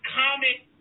comment